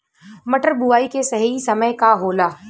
मटर बुआई के सही समय का होला?